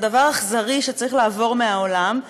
זה דבר אכזרי שצריך לעבור מהעולם.